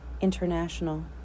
International